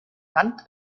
hand